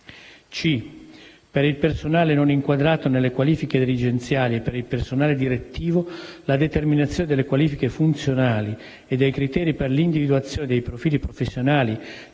per il personale non inquadrato nelle qualifiche dirigenziali e per il personale direttivo, la determinazione delle qualifiche funzionali e dei criteri per l'individuazione dei profili professionali,